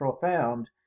profound